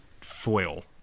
foil